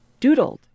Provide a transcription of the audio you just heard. doodled